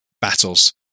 battles